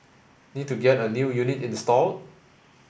need to get a new unit installed